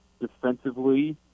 defensively